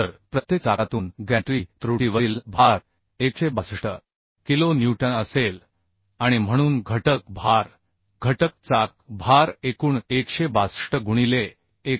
तर प्रत्येक चाकातून गॅन्ट्री त्रुटीवरील भार 162किलो न्यूटन असेल आणि म्हणून घटक भार घटक चाक भार एकूण 162 गुणिले 1